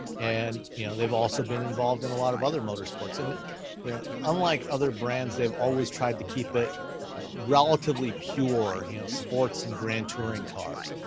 and yeah they've also been involved in a lot of other motor sports. yeah unlike other brands, they've always tried to keep it relatively pure heel sports and grand touring cars.